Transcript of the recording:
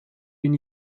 bin